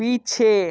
पीछे